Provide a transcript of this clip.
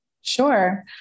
Sure